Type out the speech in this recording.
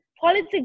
politics